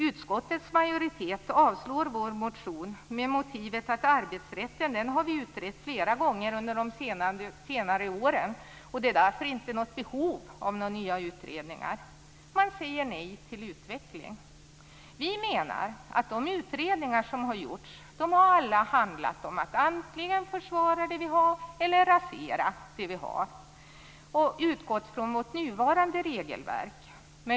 Utskottets majoritet avstyrker vår motion med motivet att vi har utrett arbetsrätten flera gånger under senare år och att det därför inte finns något behov av nya utredningar. Man säger nej till utveckling. Vi menar att de utredningar som har gjorts alla har handlat om att antingen försvara det vi har eller rasera det vi har, och de har då utgått från vårt nuvarande regelverk.